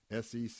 SEC